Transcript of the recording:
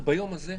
רמת האנרגיה הזאת.